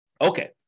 Okay